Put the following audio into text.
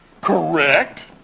correct